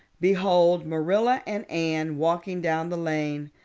behold marilla and anne walking down the lane,